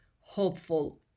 hopeful